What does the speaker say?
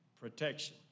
protection